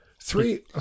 Three